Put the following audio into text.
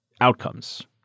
outcomes